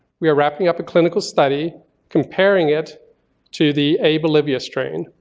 we are wrapping up a clinical study comparing it to the a bolivia strain.